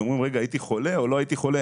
שדואגים: "הייתי חולה, לא הייתי חולה".